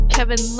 Kevin